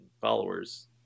followers